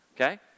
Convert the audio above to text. Okay